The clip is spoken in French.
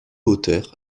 auteur